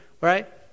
right